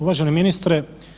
Uvaženi ministre.